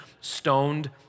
stoned